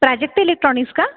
Prajakta electronics का